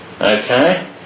Okay